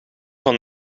van